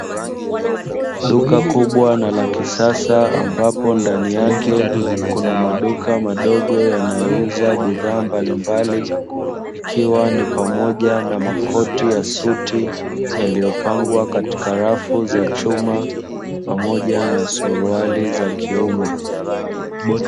Duka kubwa na la kisasa, ambapo ndani yake kuna maduka madogo yanayouza bidhaa mbalimbali, Ikiwa ni pamoja na makoti ya suti yaliyopangwa katika rafu za chuma pamoja na suruali za kiume.